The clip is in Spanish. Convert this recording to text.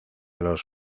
los